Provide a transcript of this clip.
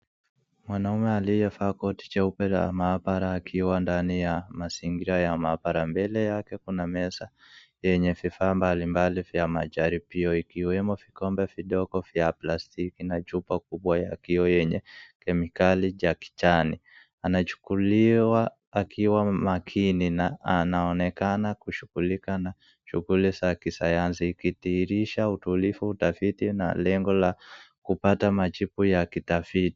Mwanaume aliyevaa koti jeupe la maabara akiwa ndani ya mazingira ya maabara. Mbele yake kuna meza, yenye vifaa mbalimbali vya majaribio ikiwemo vikombe vidogo vya plastiki na chupa kubwa ya kioo yenye kemikali cha kijani. Anachukuliwa akiwa makini na anaonekana kushughulika naa shughuli za kisayansi ikidhihirisha utulivu, utafiti na lengo la kupata majibu ya kitafiti.